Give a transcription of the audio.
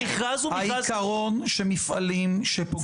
העיקרון שמפעלים שפוגעים בסביבה